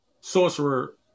sorcerer